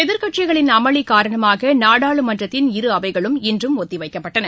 எதிர்க்கட்சிகளின் அமளி காரணமாக நாடாளுமன்றத்தின் இரு அவைகளும் இன்றும் ஒத்திவைக்கப்பட்டன